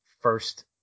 first